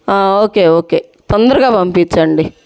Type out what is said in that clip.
ఒకే okay తొందరగా పంపించండి